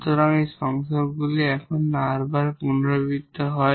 সুতরাং এই কনজুগেটগুলি এখন 𝑟 বার রিপিটেড হয়